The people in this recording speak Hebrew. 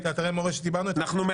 הוא לא